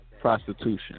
prostitution